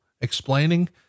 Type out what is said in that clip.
explaining